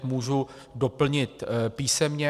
Můžu doplnit písemně.